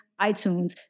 itunes